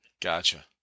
Gotcha